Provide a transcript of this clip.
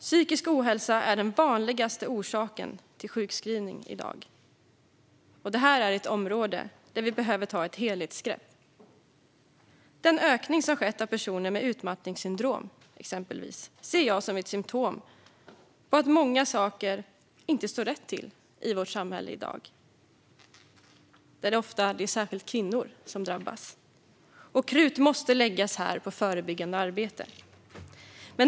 Psykisk ohälsa är den vanligaste orsaken till sjukskrivning i dag. Det är ett område där vi behöver ta ett helhetsgrepp. Den ökning som skett av personer med exempelvis utmattningssyndrom ser jag som ett symtom på att många saker inte står rätt till i vårt samhälle i dag, där särskilt kvinnor ofta drabbas, och krut måste läggas på förebyggande arbete.